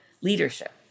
leadership